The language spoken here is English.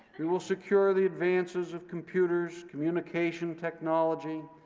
we will secure the advances of computers, communication technology,